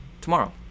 tomorrow